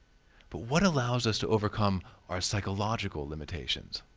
but what allows us to overcome our psychological limitations?